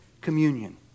communion